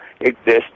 exist